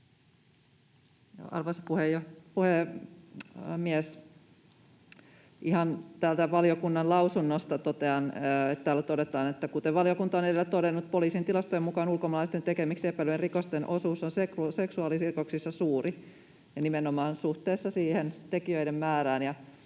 Arvoisa puhemies! Ihan täältä valiokunnan lausunnosta totean, että täällä todetaan, että ”kuten valiokunta on edellä todennut, poliisin tilastojen mukaan ulkomaalaisten tekemiksi epäiltyjen rikosten osuus on seksuaalirikoksissa suuri” — ja nimenomaan suhteessa tekijöiden määrään.